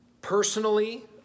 personally